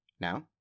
Now